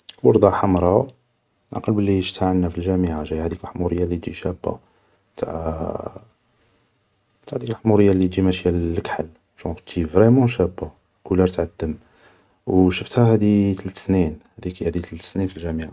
وردة حمرا, نعقل بلي شفتها عندنا في الجامعة, جاية هديك حمورية لي تجي شابة, تاع, تاع هاديك لحمورية لي تجي ماشية للكحل, جونغ تجي فريمون شابة, كولار تاع الدم, و شفتها هادي تلت سنين, هاديك هي تلت سنين في الجامعة